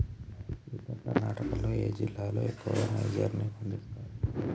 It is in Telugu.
సీత కర్ణాటకలో ఏ జిల్లాలో ఎక్కువగా నైజర్ ని పండిస్తారు